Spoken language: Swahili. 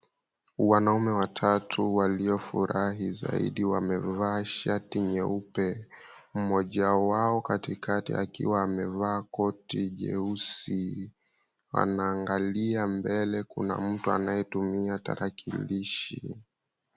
Wanaume watatu waliofurahi zaidi wamevaa shati nyeupe. Mmoja wao katikati akiwa amevaa koti jeusi, anaangalia mbele kuna mtu anayetumia tarakilishi.